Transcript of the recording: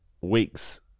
weeks